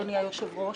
אדוני היושב-ראש.